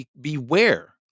beware